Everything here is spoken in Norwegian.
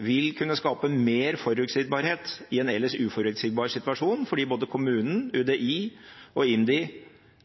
vil kunne skape mer forutsigbarhet i en ellers uforutsigbar situasjon fordi både kommunene, UDI og IMDi